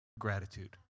gratitude